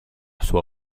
sua